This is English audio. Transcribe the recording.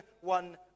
one